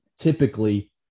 typically